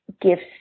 gifts